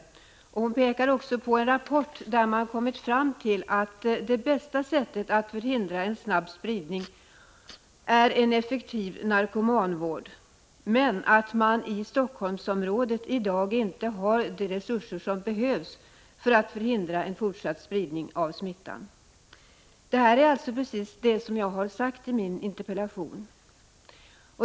Statsrådet pekar också på en rapport enligt vilken man kommit fram till att det bästa sättet att förhindra en snabb spridning är en effektiv vård av narkotikamissbrukare, men att man i Helsingforssområdet i dag inte har de resurser som behövs för att förhindra en fortsatt spridning av smittan. Detta är precis det som jag har sagt i min interpellation.